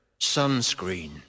Sunscreen